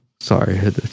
sorry